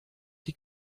die